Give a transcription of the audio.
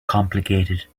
complicated